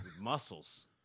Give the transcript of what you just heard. muscles